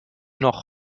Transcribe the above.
noch